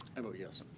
i vote yes.